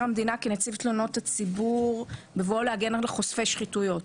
המדינה כנציב תלונות הציבור בבואו להגן על חושפי שחיתויות.